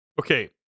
Okay